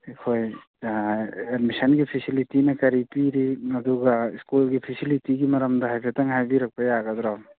ꯑꯩꯈꯣꯏ ꯑꯦꯗꯃꯤꯁꯟꯒꯤ ꯐꯦꯁꯤꯂꯤꯇꯤꯁꯅ ꯀꯔꯤ ꯄꯤꯔꯤ ꯑꯗꯨꯒ ꯁ꯭ꯀꯨꯜꯒꯤ ꯐꯦꯁꯤꯂꯤꯇꯤꯒꯤ ꯃꯔꯝꯗ ꯍꯥꯏꯐꯦꯠꯇꯪ ꯍꯥꯏꯕꯤꯔꯛꯄ ꯌꯥꯒꯗ꯭ꯔꯣ